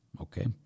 Okay